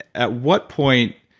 at what point,